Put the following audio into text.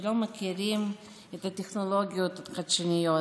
שלא מכירים את הטכנולוגיות החדשניות